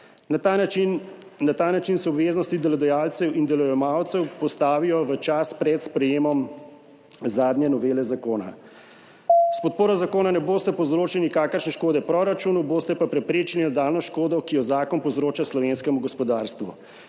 Na ta način se obveznosti delodajalcev in delojemalcev postavijo v čas pred sprejetjem zadnje novele zakona. S podporo zakonu ne boste povzročili nikakršne škode proračunu, boste pa preprečili nadaljnjo škodo, ki jo zakon povzroča slovenskemu gospodarstvu.